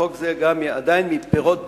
שחוק זה הוא עדיין מפירות ביכוריו.